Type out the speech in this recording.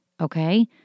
Okay